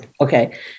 Okay